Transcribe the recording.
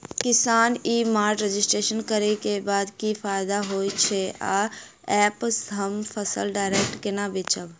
किसान e mart registration करै केँ बाद की फायदा होइ छै आ ऐप हम फसल डायरेक्ट केना बेचब?